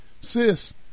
Sis